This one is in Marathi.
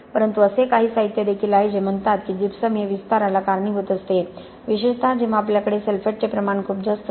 परंतु असे काही साहित्य देखील आहे जे म्हणतात की जिप्सम हे विस्ताराला कारणीभूत असते विशेषत जेव्हा आपल्याकडे सल्फेटचे प्रमाण खूप जास्त असते